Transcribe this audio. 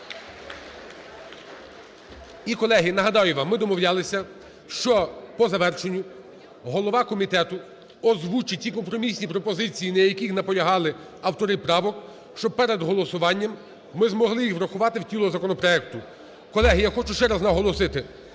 І, колеги, нагадаю вам, ми домовлялися, що по завершенню голова комітету озвучить ті компромісні пропозиції, на яких наполягали автори правок, щоб перед голосуванням ми змогли їх врахувати в тіло законопроекту. Колеги, я хочу ще раз наголосити,